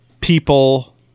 people